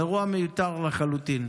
זה אירוע מיותר לחלוטין.